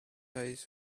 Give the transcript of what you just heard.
eyes